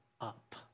up